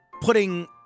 putting